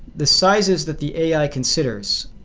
the sizes that the ai considers,